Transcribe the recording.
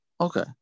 Okay